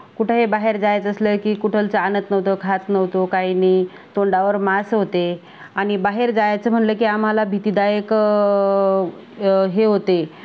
कुठंही बाहेर जायचं असलं की कुठलचं आणत नव्हतं खात नव्हतो काही नाही तोंडावर मास होते आणि बाहेर जायचं म्हणलं की आम्हाला भीतीदायक हे होते